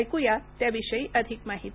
ऐकूया त्याविषयी अधिक माहिती